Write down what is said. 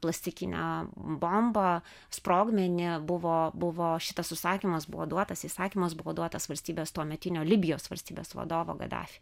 plastikinę bombą sprogmenį buvo buvo šitas užsakymas buvo duotas įsakymas buvo duotas valstybės tuometinio libijos valstybės vadovo gaddafi